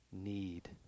need